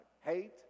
Hate